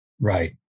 right